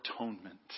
atonement